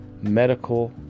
medical